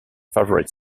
favorite